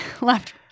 left